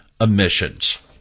emissions